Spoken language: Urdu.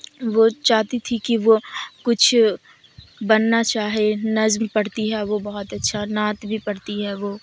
وہ چاہتی تھی کہ وہ کچھ بننا چاہے نظم پڑھتی ہے وہ بہت اچھا نعت بھی پڑھتی ہے وہ